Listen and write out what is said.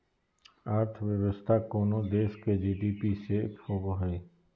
अर्थव्यवस्था कोनो देश के जी.डी.पी से होवो हइ